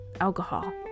alcohol